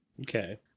Okay